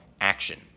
action